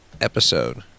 episode